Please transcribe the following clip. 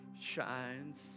shines